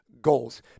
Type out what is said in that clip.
goals